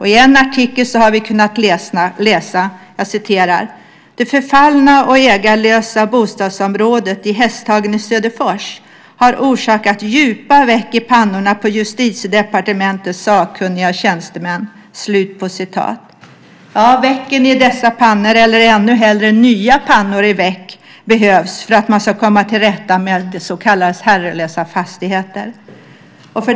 I en artikel har vi kunnat läsa: "Det förfallna och ägarlösa bostadsområdet i Hästhagen i Söderfors har orsakat djupa veck i pannorna på justitiedepartementets sakkunniga tjänstemän." Vecken i dessa pannor, eller ännu hellre nya pannor i veck, behövs för att man ska komma till rätta med så kallade herrelösa fastigheter.